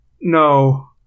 no